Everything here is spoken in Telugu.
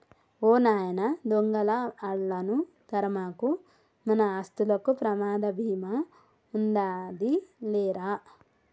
ఓ నాయన దొంగలా ఆళ్ళను తరమకు, మన ఆస్తులకు ప్రమాద భీమా ఉందాది లేరా